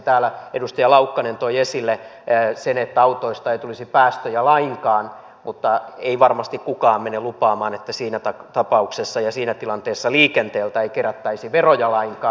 täällä edustaja laukkanen toi esille sen että autoista ei tulisi päästöjä lainkaan mutta ei varmasti kukaan mene lupaamaan että siinä tapauksessa ja siinä tilanteessa liikenteeltä ei kerättäisi veroja lainkaan